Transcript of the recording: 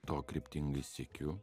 to kryptingai siekiu